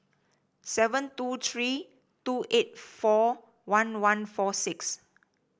seven two three two eight four one one four six